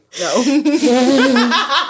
no